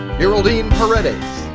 yeraldine paredes,